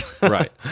Right